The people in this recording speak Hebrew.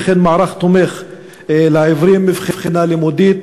וכן מערך תומך לעיוורים מבחינה לימודית,